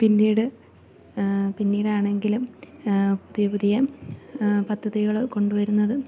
പിന്നീട് പിന്നീടാണെങ്കിലും പുതിയ പുതിയ പദ്ധതികള് കൊണ്ടുവരുന്നത്